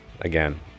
again